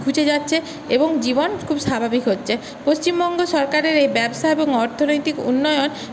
ঘুচে যাচ্ছে এবং জীবন খুব স্বাভাবিক হচ্ছে পশ্চিমবঙ্গ সরকারের এই ব্যবসা এবং অর্থনৈতিক উন্নয়ন